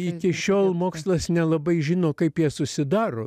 iki šiol mokslas nelabai žino kaip jie susidaro